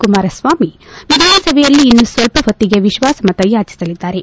ಕುಮಾರಸ್ವಾಮಿ ವಿಧಾನಸಭೆಯಲ್ಲಿ ಇನ್ನೂ ಸ್ವಲ್ಪ ಹೊತ್ತಿಗೆ ವಿಶ್ವಾಸಮತ ಯಾಚಿಸಲಿದ್ದಾರೆ